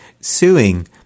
suing